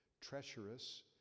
treacherous